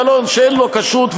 מלון שאין לו כשרות,